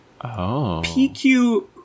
PQ